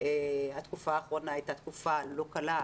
התקופה האחרונה הייתה התקופה לא קלה.